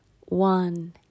one